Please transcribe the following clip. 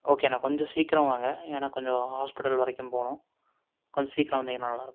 ஓகேண்ணா கொஞ்சம் சீக்கிரம் வாங்க ஏனால் கொஞ்சம் ஹாஸ்பிட்டல் வரைக்கும் போகணும் கொஞ்சம் சீக்கிரம் வந்தீங்கனால் நல்லாயிருக்கும்